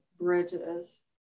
bridges